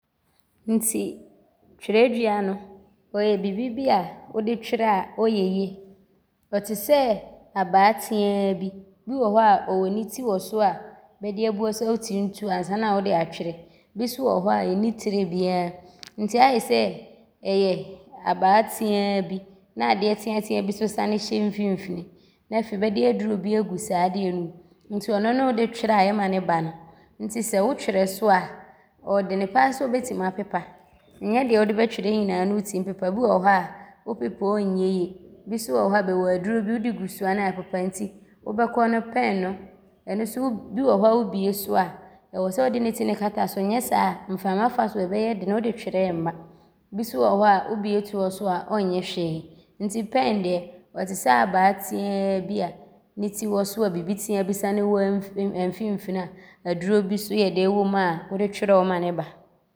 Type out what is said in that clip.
Nti twerɛdua no, ɔyɛ bibi a wode twerɛ a ɔyɛ yie. Ɔte sɛ abaa tea bi. Bi wɔ hɔ a ɔwɔ ne ti wɔ so a bɛde abua so a wotim tu ansaana wode atwerɛ. Bi so wɔ hɔ a ɛnni tire biaa nti aayɛ sɛ ɔyɛ abaa tea bi ne adeɛ teatea bi nso sane hyɛ mfimfini na afei bɛde aduro bi agu saa adeɛ no mu nti ɔno ne wode twerɛ a ɔma no ba no. Nti sɛ wotwerɛ so a, ɔɔdene pa ara sɛ wobɛtim apepa. Nyɛ deɛ wode bɛtwerɛ nyinaa ne wotim pepa. Bi wɔ hɔ a, wopepa a ɔnyɛ yie, bi so wɔ hɔ a, bɛwɔ aduro bi wode gu so a ne aapepa nti wobɛkɔ no twerɛdua no, bi wɔ hɔ wobie so a ɔwɔ sɛ wode ne ti no kata so nyɛ saa mframa fa so a, ɔbɛyɛ den wode twerɛ a ɔmma. Bi so wɔ hɔ a, wobie to hɔ so a, ɔnyɛ hwee nti twerɛdua deɛ, ɔte sɛ abaa tea bi a ne ti wɔ so a, bibi tea bi sane wɔ amfimfini a aduro bi so wom a wode twerɛ a, ɔma no ba.